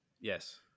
Yes